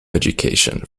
education